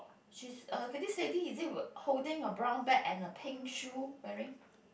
she's uh getting steady is it holding a brown bag and a pink shoe wearing